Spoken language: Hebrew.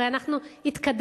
הרי אנחנו התקדמנו,